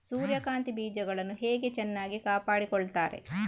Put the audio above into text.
ಸೂರ್ಯಕಾಂತಿ ಬೀಜಗಳನ್ನು ಹೇಗೆ ಚೆನ್ನಾಗಿ ಕಾಪಾಡಿಕೊಳ್ತಾರೆ?